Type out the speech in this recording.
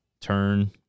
turn